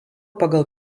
pagal